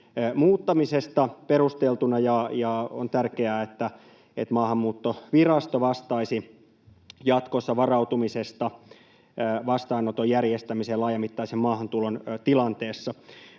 muuttamisesta perusteltuna. On tärkeää, että Maahanmuuttovirasto vastaisi jatkossa varautumisesta vastaanoton järjestämiseen laajamittaisen maahantulon tilanteessa.